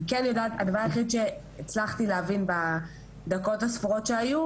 אני כן יודעת והדבר היחיד שהצלחתי להבין בדקות הספורות שהיו,